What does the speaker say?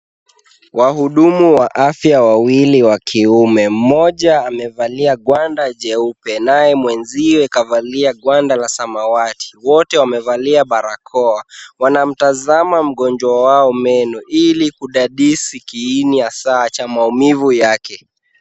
Wahudumu wa afya wawili wa kiume. Mmoja amevalia gwanda jeupe naye mwenzie kavalia gwanda la samawati. Wote wamevalia barakoa. Wanamtazama mgonjwa wao meno, ili kudadisi kiini hasa cha maumivu yake.